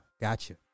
gotcha